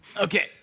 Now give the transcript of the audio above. Okay